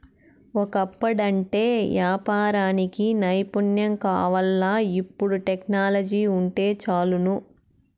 ఒకప్పుడంటే యాపారానికి నైపుణ్యం కావాల్ల, ఇపుడు టెక్నాలజీ వుంటే చాలును